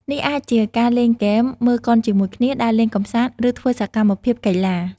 នេះអាចជាការលេងហ្គេម មើលកុនជាមួយគ្នា ដើរលេងកម្សាន្ត ឬធ្វើសកម្មភាពកីឡា។